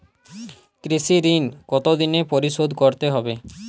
কৃষি ঋণ কতোদিনে পরিশোধ করতে হবে?